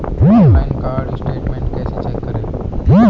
Online card statement कैसे check करें?